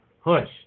Hush